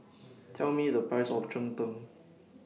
Tell Me The Price of Cheng Tng